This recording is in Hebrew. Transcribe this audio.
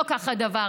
לא כך הדבר.